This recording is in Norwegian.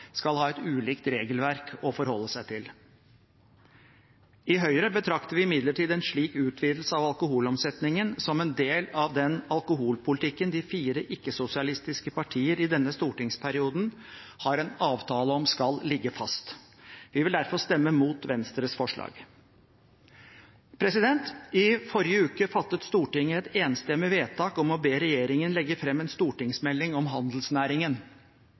skal ha et ulikt regelverk å forholde seg til. I Høyre betrakter vi imidlertid en slik utvidelse av alkoholomsetningen som en del av den alkoholpolitikken de fire ikke-sosialistiske partier i denne stortingsperioden har en avtale om skal ligge fast. Vi vil derfor stemme mot Venstres forslag. I forrige uke fattet Stortinget et enstemmig vedtak om å be regjeringen legge frem en stortingsmelding om handelsnæringen.